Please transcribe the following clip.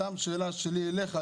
סתם שאלה שלי אליך,